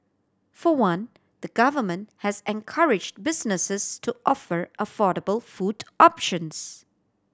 for one the Government has encourage businesses to offer affordable food options